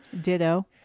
Ditto